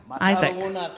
Isaac